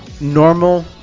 Normal